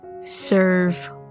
serve